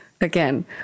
Again